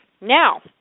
now